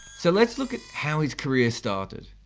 so let's look at how his career started.